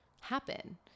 happen